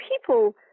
people